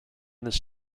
this